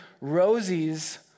Rosie's